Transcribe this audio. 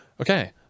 Okay